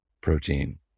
protein